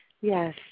Yes